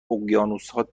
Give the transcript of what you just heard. اقیانوسها